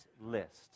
list